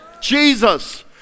Jesus